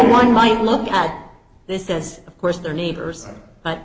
one might look at this as of course their neighbors but